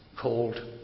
called